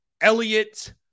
Elliot